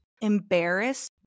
embarrassed